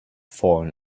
fallen